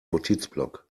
notizblock